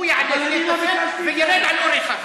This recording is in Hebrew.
הוא יעלה, וירד על אורן חזן.